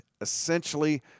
Essentially